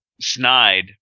snide